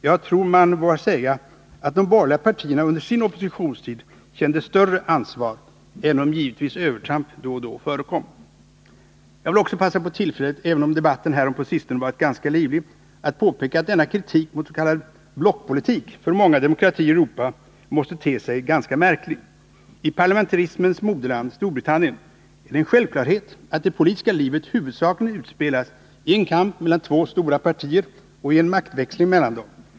Jag tror att man vågar säga att de borgerliga partierna under sin oppositionstid kände större ansvar, även om givetvis övertramp då och då förekom. Jag vill också passa på tillfället, även om debatten härom på sistone varit ganska livlig, att påpeka att denna kritik mot s.k. blockpolitik för många demokratier i Europa måste te sig ganska märklig. I parlamentarismens moderland, Storbritannien, är det en självklarhet att det politiska livet huvudsakligen utspelas i en kamp mellan två stora partier och i en maktväxling mellan dem.